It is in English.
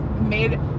made